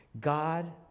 God